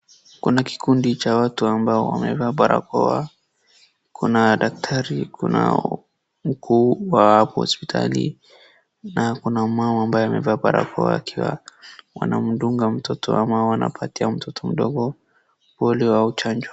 Kuna kikundi cha watu ambao wamevaa barakoa. Kuna daktari, kuna mkuu wa hapo hospitali na kuna mama ambaye amevaa barakoa akiwa wanamdunga mtoto ama wanapatia mtoto mdogo polio au chanjo.